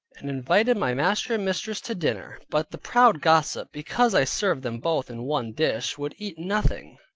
and invited my master and mistress to dinner but the proud gossip, because i served them both in one dish, would eat nothing,